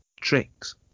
tricks